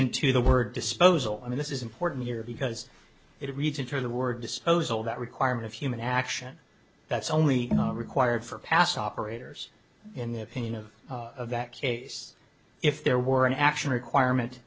in to the word disposal i mean this is important here because it reads into the word disposal that requirement of human action that's only required for past operators in the opinion of that case if there were an action requirement